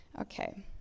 Okay